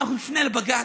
אנחנו נפנה לבג"ץ,